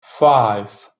five